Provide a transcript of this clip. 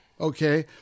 Okay